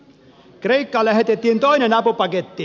kreikkaan lähetettiin toinen apupaketti